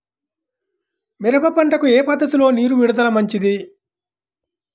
మిరప పంటకు ఏ పద్ధతిలో నీరు విడుదల మంచిది?